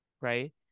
Right